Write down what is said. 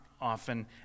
often